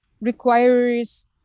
requires